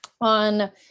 on